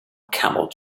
camel